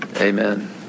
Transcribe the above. Amen